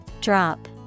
Drop